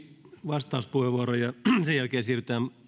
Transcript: vastauspuheenvuoroa ja sen jälkeen siirrytään